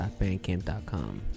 .Bandcamp.com